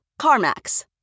CarMax